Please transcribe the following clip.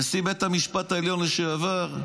נשיא בית המשפט העליון לשעבר,